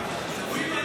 קודם